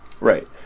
Right